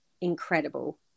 incredible